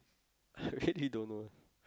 really don't know